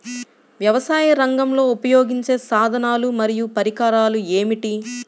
వ్యవసాయరంగంలో ఉపయోగించే సాధనాలు మరియు పరికరాలు ఏమిటీ?